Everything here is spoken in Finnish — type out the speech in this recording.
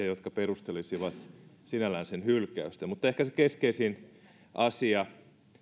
jotka perustelisivat sinällään sen hylkäystä mutta ehkä keskeisin asia